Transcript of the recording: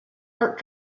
art